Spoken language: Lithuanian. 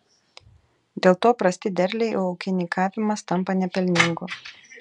dėl to prasti derliai o ūkininkavimas tampa nepelningu